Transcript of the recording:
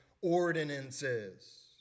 ordinances